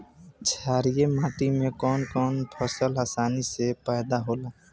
छारिया माटी मे कवन कवन फसल आसानी से पैदा होला?